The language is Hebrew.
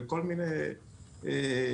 בכל מיני סוגים.